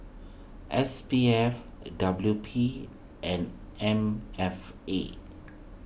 S P F W P and M F A